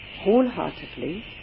Wholeheartedly